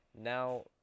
Now